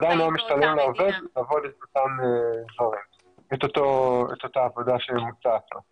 עדיין משתלם לעובד לעבוד את אותה עבודה שמוצעת לו.